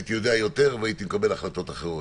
הייתי יודע יותר והייתי מקבל החלטות אחרות,